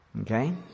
Okay